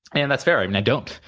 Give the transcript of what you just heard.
and that's fair. i mean i don't,